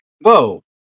Whoa